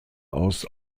aus